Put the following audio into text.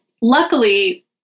luckily